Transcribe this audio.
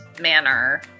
manner